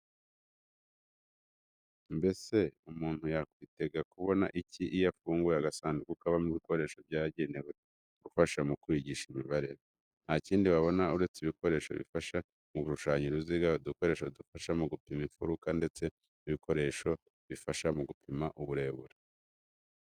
Mbese umuntu yakwitega kubona iki iyo afunguye agasanduku kabamo ibikoresho byagenewe gufasha mu kwigisha imibare? Nta kindi wabonamo uretse ibikoresho bifasha mu gushushanya uruziga, udukoresho dufasha mu gupima imfuruka ndetse n'ibikoresho bifasha mu gupima uburebure.